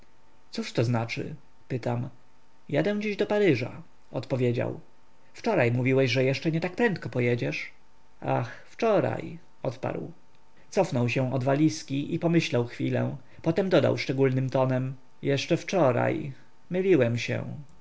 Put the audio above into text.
cóż to znaczy pytam jadę dziś do paryża odpowiedział wczoraj mówiłeś że jeszcze nie tak prędko pojedziesz ach wczoraj odparł cofnął się od walizki i pomyślał chwilę potem dodał szczególnym tonem jeszcze wczoraj myliłem się